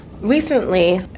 Recently